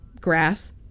grass